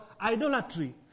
idolatry